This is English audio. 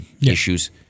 issues